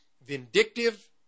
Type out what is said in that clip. vindictive